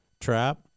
trap